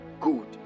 Good